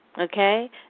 Okay